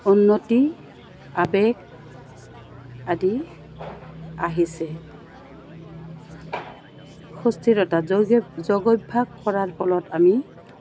উন্নতি আৱেগ আদি আহিছে সুস্থিৰতা যোগ যোগ অভ্যাস কৰাৰ ফলত আমি